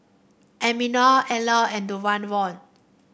Ermina Elana and Donavon